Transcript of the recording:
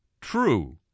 True